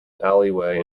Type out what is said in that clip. alleyway